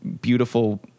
beautiful